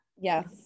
Yes